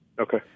Okay